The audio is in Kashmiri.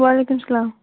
وعلیکُم سلام